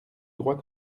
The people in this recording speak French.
droit